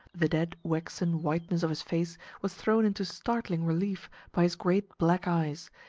the dead waxen whiteness of his face was thrown into startling relief by his great black eyes,